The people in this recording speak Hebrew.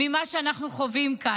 ממה שאנחנו חווים כאן.